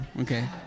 Okay